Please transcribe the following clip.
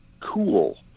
cool